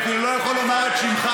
אני אפילו לא יכול לומר את שמך,